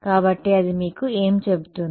కాబట్టి అది మీకు ఏమి చెబుతుంది